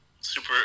Super